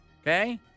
okay